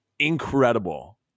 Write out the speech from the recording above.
incredible